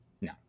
No